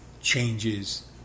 changes